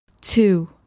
Two